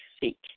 seek